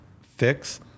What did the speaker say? fix